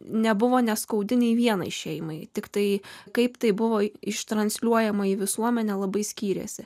nebuvo neskaudi nei vienai šeimai tiktai kaip tai buvo iš transliuojama į visuomenę labai skyrėsi